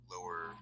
lower